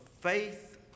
faith